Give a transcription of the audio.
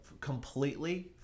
completely